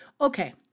Okay